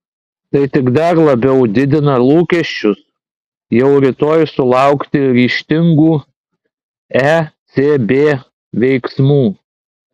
tai tik dar labiau didina lūkesčius jau rytoj sulaukti ryžtingų ecb veiksmų